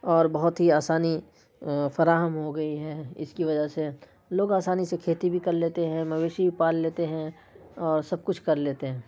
اور بہت ہی آسانی فراہم ہو گئی ہے اس کی وجہ سے لوگ آسانی سے کھیتی بھی کر لیتے ہیں مویشی پال لیتے ہیں اور سب کچھ کر لیتے ہیں